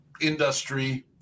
industry